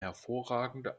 hervorragende